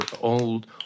old